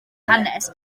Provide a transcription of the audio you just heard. hanes